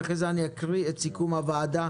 ואחרי כן אקרא את סיכום הדיון של הוועדה.